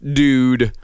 dude